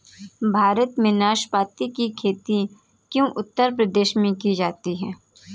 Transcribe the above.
भारत में नाशपाती की खेती क्या उत्तर प्रदेश में की जा सकती है?